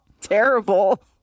terrible